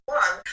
one